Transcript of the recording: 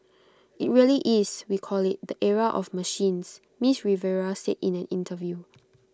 IT really is we call IT the era of machines miss Rivera said in an interview